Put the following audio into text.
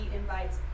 invites